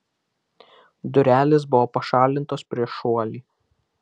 durelės buvo pašalintos prieš šuolį